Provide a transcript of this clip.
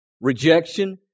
rejection